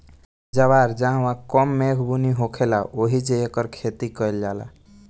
जवार जहवां कम मेघ बुनी होखेला ओहिजे एकर खेती कईल जाला